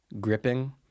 Gripping